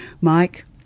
Mike